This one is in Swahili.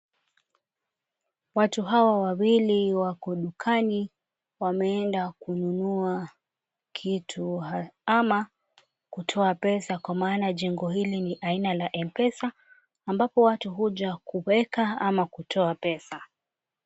Watu hawa wawili wako dukani wameenda kununua kitu, ama kutoa pesa kwa maana jengo hili ni aina la mpesa ambapo watu huja kuweka ama kutoa pesa.